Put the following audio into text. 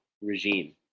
regime